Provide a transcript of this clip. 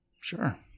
Sure